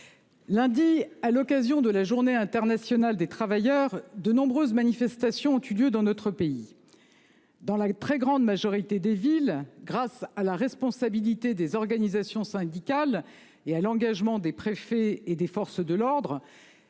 Lundi à l'occasion de la Journée internationale des travailleurs, de nombreuses manifestations ont eu lieu dans notre pays. Dans la très grande majorité des villes grâce à la responsabilité des organisations syndicales et à l'engagement des préfets et des forces de l'ordre.